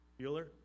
Bueller